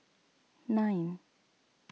nine